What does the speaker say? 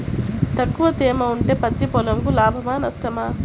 తక్కువ తేమ ఉంటే పత్తి పొలంకు లాభమా? నష్టమా?